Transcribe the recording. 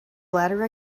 bladder